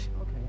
Okay